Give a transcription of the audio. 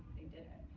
they did it.